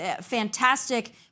fantastic